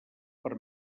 per